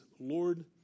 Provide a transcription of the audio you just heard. Lord